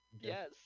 Yes